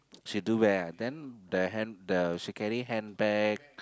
she do wear ah then the hand the she carry handbag